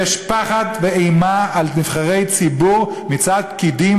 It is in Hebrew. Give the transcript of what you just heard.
יש פחד ואימה על נבחרי ציבור מצד פקידים